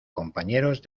compañeros